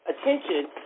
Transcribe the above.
attention